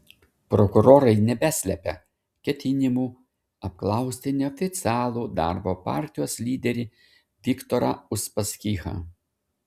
prokurorai nebeslepia ketinimų apklausti neoficialų darbo partijos lyderį viktorą uspaskichą